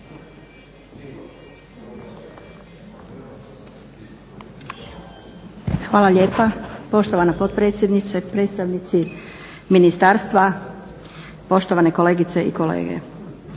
Hvala lijepa poštovana potpredsjednice, predstavnici ministarstva, poštovane kolegice i kolege.